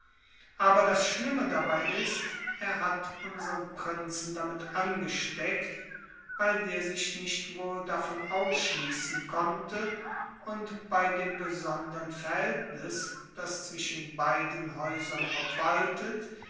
aber das schlimme dabei ist er hat unsern prinzen damit angesteckt weil der sich nicht wohl davon ausschließen konnte und bei dem besondern verhältnis das zwischen beiden häusern obwaltet